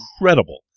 incredible